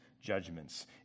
judgments